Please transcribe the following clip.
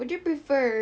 !wow!